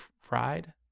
fried